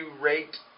rate